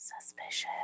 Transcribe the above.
Suspicious